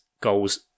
goals